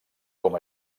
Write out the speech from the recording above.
com